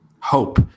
Hope